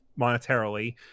monetarily